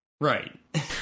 Right